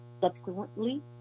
Subsequently